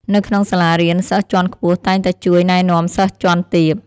នៅក្នុងសាលារៀន សិស្សជាន់ខ្ពស់តែងតែជួយណែនាំសិស្សជាន់ទាប។